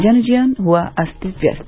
जन जीवन हआ अस्त व्यस्त